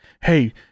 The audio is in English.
Hey